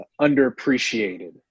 underappreciated